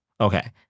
Okay